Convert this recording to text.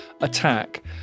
attack